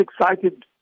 excited